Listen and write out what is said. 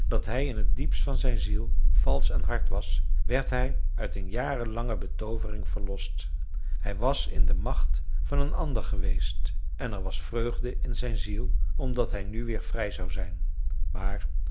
dat hij in t diepst van zijn ziel valsch en hard was werd hij uit een jarenlange betoovering verlost hij was in de macht van een ander geweest en er was vreugde in zijn ziel omdat hij nu weer vrij zou zijn maar